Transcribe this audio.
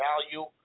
value